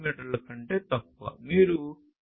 మీ కంటే తక్కువ